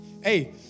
hey